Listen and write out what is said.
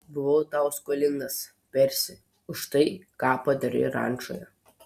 buvau tau skolingas persi už tai ką padarei rančoje